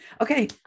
Okay